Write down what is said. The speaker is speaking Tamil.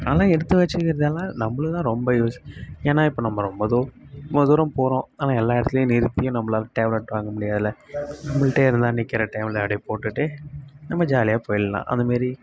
அதெல்லாம் எடுத்து வச்சுக்கிறதுலாம் நம்மளுக்குதான் ரொம்ப யூஸ் ஏனால் நம்ம இப்போ ரொம்ப தூரம் போகிறோம் ஆனால் எல்லா இடத்துலையும் நிறுத்தியும் நம்மளால் டேப்லட் வாங்க முடியாதில்ல நிற்கிற டைமில் அப்படியே போட்டுகிட்டு நம்ம ஜாலியாக போயிடலாம் அந்தமாரி